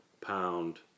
pound